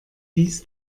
dies